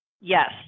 Yes